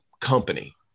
company